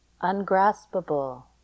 Ungraspable